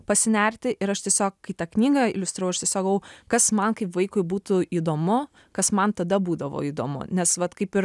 pasinerti ir aš tiesiog kai tą knygą iliustravau aš tiesiog galvojau kas man kaip vaikui būtų įdomu kas man tada būdavo įdomu nes vat kaip ir